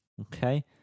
Okay